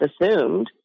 assumed